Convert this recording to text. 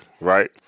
right